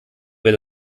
wird